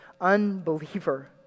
Unbeliever